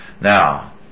Now